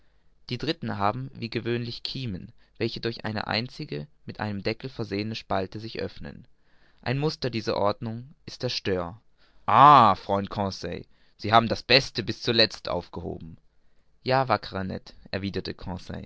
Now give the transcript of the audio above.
die dritten haben wie gewöhnlich kiemen welche durch eine einzige mit einem deckel versehene spalte sich öffnen ein muster dieser ordnung ist der stör ah freund conseil sie haben das beste bis zuletzt aufgehoben ja wackerer ned erwiderte